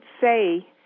say